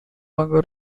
longer